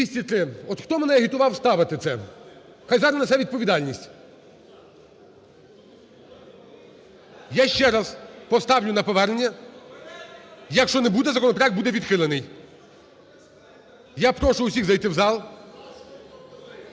За-203 От хто мене агітував ставити це? Хай зараз несе відповідальність! Я ще раз поставлю на повернення. Якщо не буде, законопроект буде відхилений. Я прошу усіх зайти в зал.